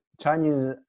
Chinese